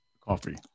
Coffee